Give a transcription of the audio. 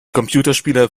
computerspiele